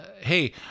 hey